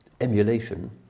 emulation